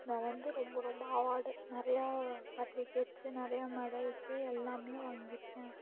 நான் வந்து ரொம்ப ரொம்ப அவார்டு நிறையா சர்ட்டிஃபிகேட்ஸ்ஸு நிறைய மெடல்ஸு எல்லாமே வாங்கியிருக்கேன்